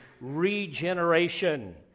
regeneration